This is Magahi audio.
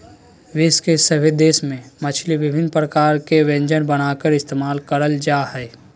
विश्व के सभे देश में मछली विभिन्न प्रकार के व्यंजन बनाकर इस्तेमाल करल जा हइ